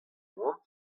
oant